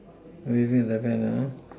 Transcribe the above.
I waving left hand